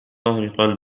ظهر